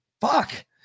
fuck